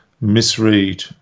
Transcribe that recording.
misread